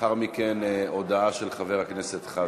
לאחר מכן הודעה של חבר הכנסת חזן.